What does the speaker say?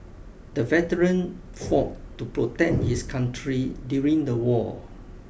the veteran fought to protect his country during the war